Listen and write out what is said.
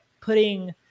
putting